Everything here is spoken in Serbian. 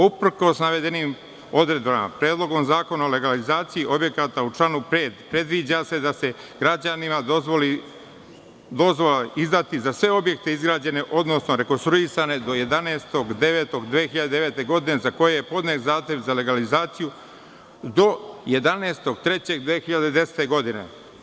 Uprkos navedenim odredbama, Predlogom zakona o legalizaciji objekata u članu 5. se predviđa da se građanima izda dozvola za sve objekte izgrađene odnosno rekonstruisane do 11.9.2009. godine za koje je podnet zahtev za legalizaciju do 11.3.2010. godine.